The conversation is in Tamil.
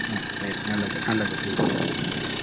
அண்ணே சரி நல்லது நல்லது ம்